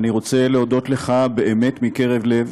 אני רוצה להודות לך, באמת מקרב לב,